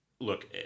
Look